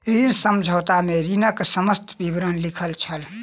ऋण समझौता में ऋणक समस्त विवरण लिखल छल